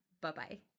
Bye-bye